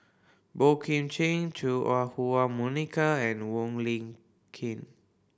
Boey Kim Cheng Chua Ah Huwa Monica and Wong Lin Keen